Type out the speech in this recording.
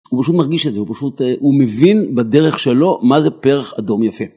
הוא פשוט מרגיש את זה, הוא פשוט, הוא מבין בדרך שלו מה זה פרח אדום יפה.